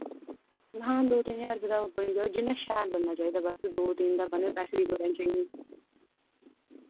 हां दो तिन ज्हार रपे दा बनी जा जिन्ना शैल बनना चाहिदा बस दो दिन तिन दा बनै पैसे दी कोई टैंशन नि